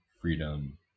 freedom